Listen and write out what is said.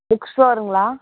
book ஸ்டோருங்களா